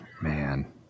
man